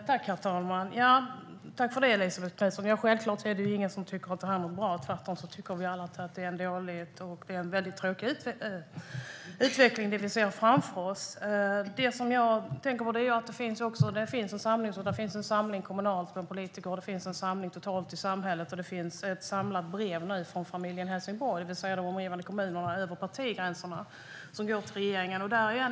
Herr talman! Tack för det, Elisabet Knutsson! Självklart är det ingen som tycker att detta är bra; tvärtom tycker vi alla att det är en dålig och tråkig utveckling vi ser framför oss. Det finns en samling kommunalt bland politiker och en samling totalt i samhället. Det finns också ett samlat brev till regeringen från Familjen Helsingborg, det vill säga de omgivande kommunerna, över partigränserna.